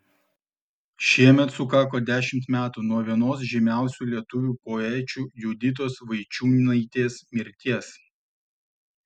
šiemet sukako dešimt metų nuo vienos žymiausių lietuvių poečių juditos vaičiūnaitės mirties